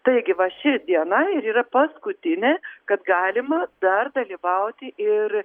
taigi va ši diena ir yra paskutinė kad galima dar dalyvauti ir